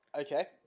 Okay